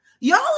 Y'all